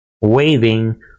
waving